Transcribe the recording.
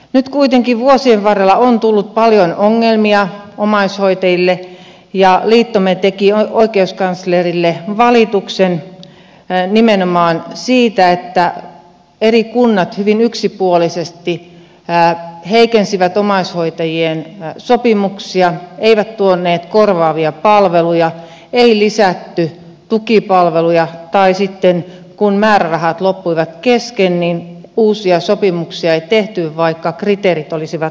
nyt kuitenkin vuosien varrella on tullut paljon ongelmia omaishoitajille ja liittomme teki oikeuskanslerille valituksen nimenomaan siitä että eri kunnat hyvin yksipuolisesti heikensivät omaishoitajien sopimuksia eivät tuoneet korvaavia palveluja ei lisätty tukipalveluja tai sitten kun määrärahat loppuivat kesken uusia sopimuksia ei tehty vaikka kriteerit olisivat täyttyneet